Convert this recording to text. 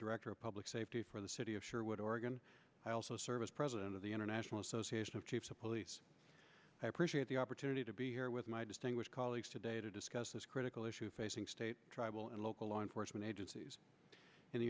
director of public safety for the city of sherwood oregon i also serve as president of the international association of chiefs of police i appreciate the opportunity to be here with my distinguished colleagues today to discuss this critical issue facing state tribal and local law enforcement agencies in the